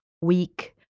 weak